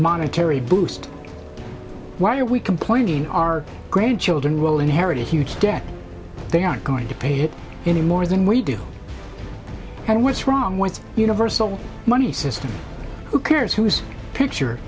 monetary boost why are we complaining our grandchildren will inherit huge debt they aren't going to pay it any more than we do and what's wrong with universal money system who cares whose picture